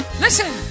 listen